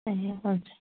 ए हवस्